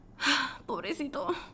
Pobrecito